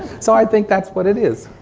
so i think that's what it is.